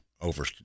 over